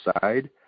side